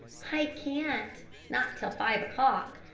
i can't not till five o'clock.